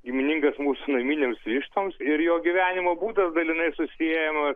giminingas mūsų naminėms vištoms ir jo gyvenimo būdas dalinai susiejamas